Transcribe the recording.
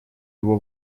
его